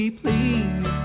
please